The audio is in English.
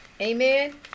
amen